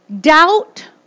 doubt